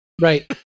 Right